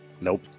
nope